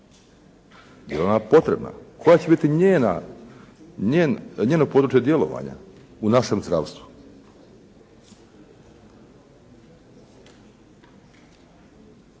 Je li ona potrebna? Koje će biti njeno područje djelovanja u našem zdravstvu?